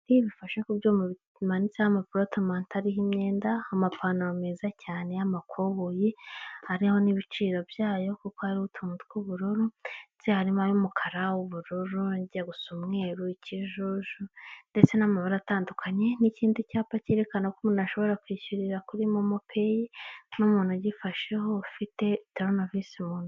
Hifasha ku ibyuma bimanitseho amaporotomante ariho imyenda amapantalo meza cyane y'amakoboyi hariho n'ibiciro byayo, kuko hari utuntu tw ubururu icyarimwe y'umukara ubururu nijya gusa umweru ikijuju ndetse n'amabara atandukanye n'ikindi cyapa cyerekana ko umuntu ashobora kwishyurira kuri momo payi n'umuntu ugifasheho ufite toronovisi mu intoki.